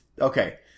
okay